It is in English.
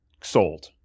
sold